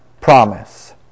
promise